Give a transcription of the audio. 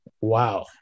Wow